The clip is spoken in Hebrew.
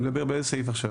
באיזה סעיף אתה מדבר עכשיו?